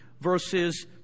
verses